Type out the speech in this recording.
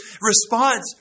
response